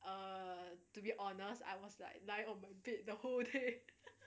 err to be honest I was like lie on my bed the whole day